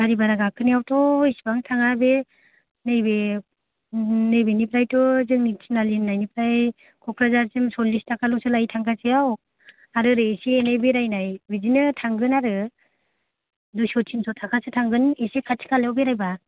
गारि बारहा गाखोनायावथ' इसिबां थाङा बे नैबे नैबेनिफरायथ' जोंनि थिनालि होन्नायनिफ्राय क'क्राझार सिम सललिस थाखा ल'सो लायो थांगासेयाव आर आरै एसे एनै बेरायनाय बिदिनो थांगोन आरो दुयस' थिनस'थाखासो थांगोन एसे खाथि खालायाव बेरायबा